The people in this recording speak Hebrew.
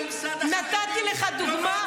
אתם נלחמים נגד הממסד החרדי.